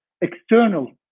external